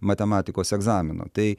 matematikos egzamino tai